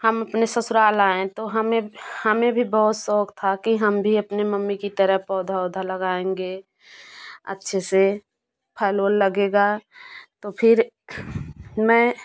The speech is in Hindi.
हम अपने ससुराल आए तो हमें हमें भी बहुत शौक था कि हम भी अपने मम्मी की तरह पौधा उधा लगाएँगे अच्छे से फल वल लगेगा तो फिर मैं